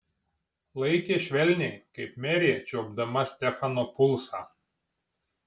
laikė švelniai kaip merė čiuopdama stefano pulsą